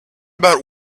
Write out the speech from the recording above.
about